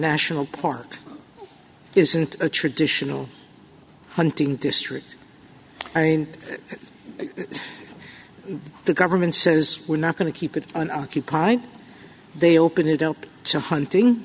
national park isn't a traditional hunting district i mean the government says we're not going to keep it an occupied they open it up to